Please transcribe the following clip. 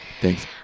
Thanks